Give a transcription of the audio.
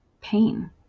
pain